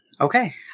Okay